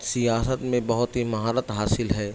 سیاست میں بہت ہی مہارت حاصل ہے